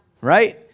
right